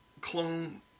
clone